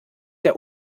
der